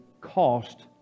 cost